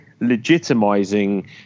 legitimizing